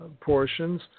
portions